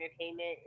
entertainment